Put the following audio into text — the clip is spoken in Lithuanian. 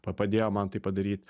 padėjo man tai padaryt